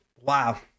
wow